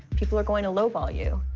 people are going to lowball you.